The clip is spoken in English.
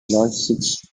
six